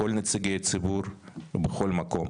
כל נציגי הציבור בכל מקום.